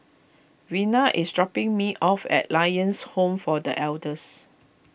Vena is dropping me off at Lions Home for the Elders